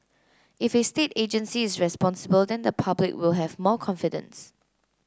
if a state agency is responsible then the public will have more confidence